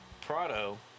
Prado